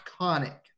iconic